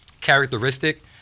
characteristic